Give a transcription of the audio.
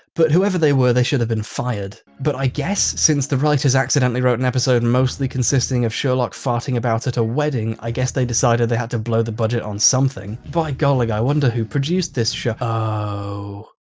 but whoever they were they should have been fired. but i guess since the writers accidentally wrote an episode mostly consisting of sherlock farting about at a wedding i guess they decided they had to blow the budget on something. by golly, i wonder who produced this sho oh.